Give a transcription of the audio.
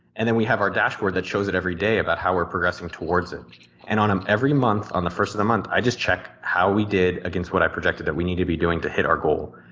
and then we have our dashboard that shows it every day, about how we're progressing towards it and then um every month on the first of the month i just check how we did against what i projected that we need to be doing to hit our goal.